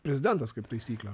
prezidentas kaip taisyklė